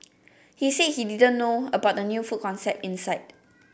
he said he didn't know about the new food concept inside